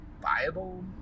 Bible